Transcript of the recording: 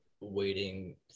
waiting